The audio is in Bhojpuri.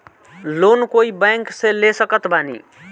लोन कोई बैंक से ले सकत बानी?